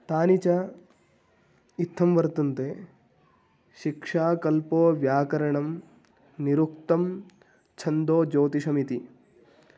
तानि च इत्थं वर्तन्ते शिक्षा कल्पः व्याकरणं निरुक्तं छन्दः ज्योतिषमिति